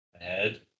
ahead